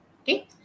Okay